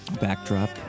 backdrop